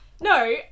no